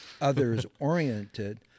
others-oriented